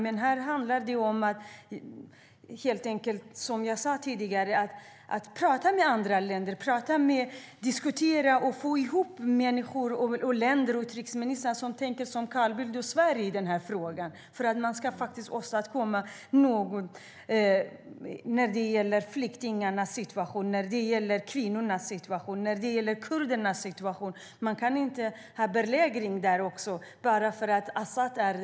Men för att kunna åstadkomma något när det gäller flyktingarnas situation, kvinnornas situation och kurdernas situation handlar det som jag sade tidigare helt enkelt om att prata med andra länder, diskutera och få ihop människor, länder och utrikesministrar som tänker som Carl Bildt och Sverige i den här frågan. Man kan inte ha belägring där också bara för att Asad är där.